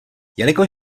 jelikož